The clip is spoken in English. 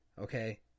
okay